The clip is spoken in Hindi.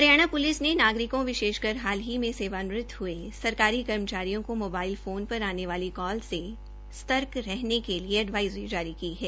हरियाणा पुलिस ने नागरिकों विशेषकर हाल ही सेवानिवृत हये सरकारी कर्मचारियों को मोबाइल फोन पर आने वाली कॉल से सतर्क रहने के लिए एडवाइज़री जारी की है